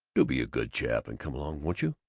do be a good chap and come along. won't you?